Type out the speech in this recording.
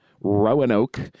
Roanoke